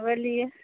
बोलिऔ